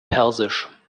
persisch